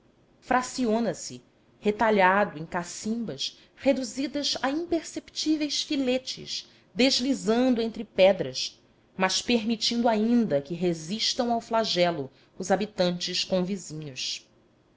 fraciona se retalhado em cacimbas reduzidas a imperceptíveis filetes deslizando entre pedras mas permitindo ainda que resistam ao flagelo os habitantes convizinhos